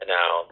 Now